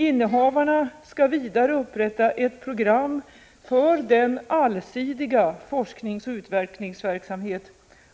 Innehavarna skall vidare upprätta ett program för den allsidiga forskningsoch utvecklingsverksamhet